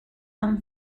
them